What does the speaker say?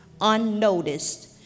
unnoticed